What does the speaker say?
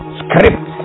script